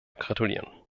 gratulieren